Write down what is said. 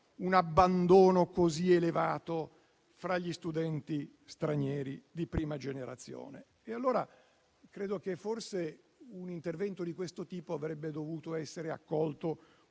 un abbandono così elevato fra gli studenti stranieri di prima generazione. Credo allora che forse un intervento di questo tipo avrebbe dovuto essere accolto